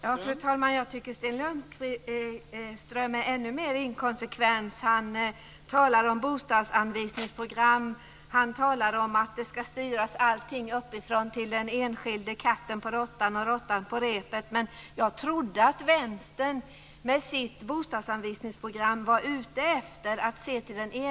Fru talman! Jag tycker att Sten Lundström är ännu mer inkonsekvent. Han talar om bostadsanvisningsprogram. Han talar om att allting ska styras uppifrån när det gäller den enskilde. Det ska vara katten på råttan och råttan på repet. Jag trodde att Vänstern, med sitt bostadsanvisningsprogram, var ute efter att se till den enskilde.